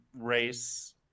race